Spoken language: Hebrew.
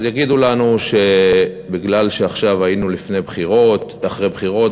אז יגידו לנו שזה מפני שעכשיו אנחנו אחרי בחירות